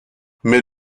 mais